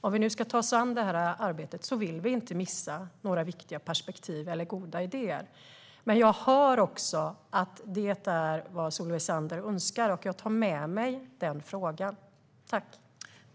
Om vi nu ska ta oss an det här arbetet vill vi inte missa några viktiga perspektiv eller goda idéer. Jag hör att detta är vad Solveig Zander önskar, och jag tar med mig det.